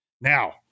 Now